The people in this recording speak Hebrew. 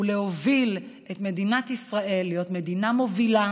ולהוביל את מדינת ישראל להיות מדינה מובילה